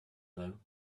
though